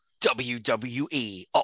WWE